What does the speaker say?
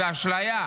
זאת אשליה.